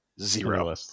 Zero